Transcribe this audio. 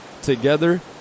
Together